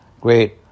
great